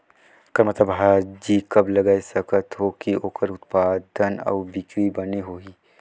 करमत्ता भाजी कब लगाय सकत हो कि ओकर उत्पादन अउ बिक्री बने होही?